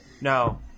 No